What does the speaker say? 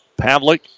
Pavlik